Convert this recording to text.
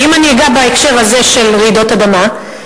ואם אני אגע בהקשר הזה של רעידות אדמה,